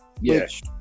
Yes